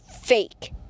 fake